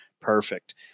perfect